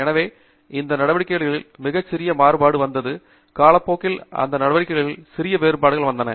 எனவே அந்த நடவடிக்கைகளில் மிகச் சிறிய மாறுபாடு வந்து காலப்போக்கில் அந்த நடவடிக்கைகளில் சிறிய வேறுபாடுகள் வந்தன